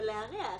אבל להרע,